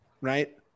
right